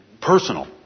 Personal